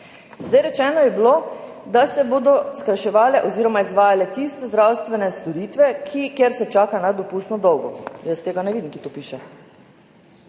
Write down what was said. Rečeno je bilo, da se bodo skrajševale oziroma izvajale tiste zdravstvene storitve, kjer se čaka nedopustno dolgo. Jaz tega ne vidim, kje to piše.